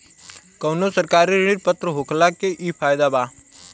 कवनो सरकारी ऋण पत्र होखला के इ फायदा बा